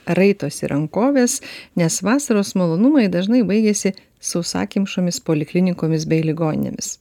raitosi rankoves nes vasaros malonumai dažnai baigiasi sausakimšomis poliklinikomis bei ligoninėmis